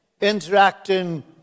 interacting